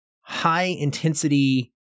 high-intensity